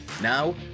Now